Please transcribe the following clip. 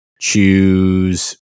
choose